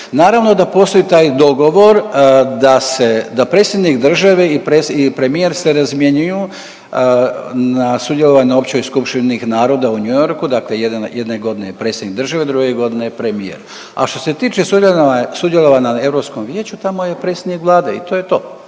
Naravno da postoji taj dogovor da se, da predsjednik države i preds…, i premijer se razmjenjuju na sudjelovanju na Općoj skupštini UN-a u New Yorku, dakle jedne godine je predsjednik države, druge godine je premijer a što se tiče sudjelovanja na Europskom vijeću tamo je predsjednik Vlade i to je to.